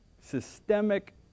systemic